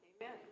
Amen